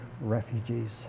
refugees